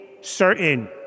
certain